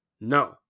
No